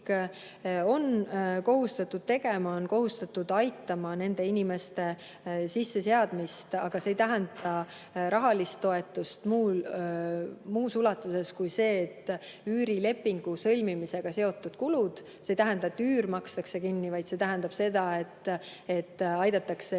kohustatud tegema? Ta on kohustatud aitama nendel inimestel ennast sisse seada, aga see ei tähenda rahalist toetust muus ulatuses kui üürilepingu sõlmimisega seotud kulusid. See ei tähenda, et üür makstakse kinni, vaid see tähendab seda, et aidatakse